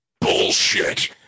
bullshit